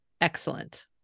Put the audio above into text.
excellent